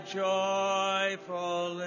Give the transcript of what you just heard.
joyful